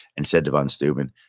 and said to von steuben,